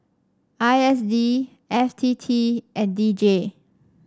I S D F T T and D J